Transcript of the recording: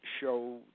show